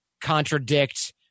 contradict